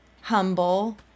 humble